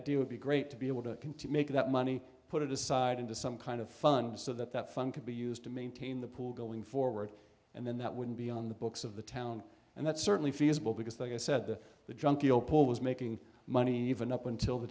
idea would be great to be able to continue make that money put it aside into some kind of fund so that that fun could be used to maintain the pool going forward and then that wouldn't be on the books of the town and that's certainly feasible because they said that the junkie opal was making money even up until the